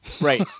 Right